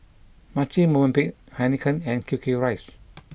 Marche Movenpick Heinekein and Q Q Rice